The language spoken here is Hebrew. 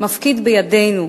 מפקיד בידינו,